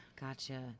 Gotcha